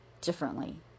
differently